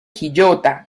quillota